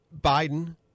Biden